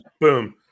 Boom